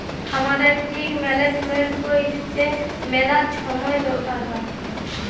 খামারের ঠিক ম্যালেজমেল্ট ক্যইরতে ম্যালা ছময় দরকার হ্যয়